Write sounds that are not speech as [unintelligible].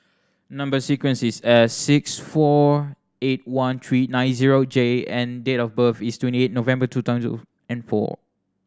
number sequence is S six four eight one three nine zero J and date of birth is twenty eight November two thousand [unintelligible] and four